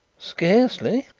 scarcely,